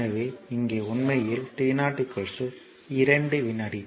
எனவே இங்கே உண்மையில் t0 2 வினாடி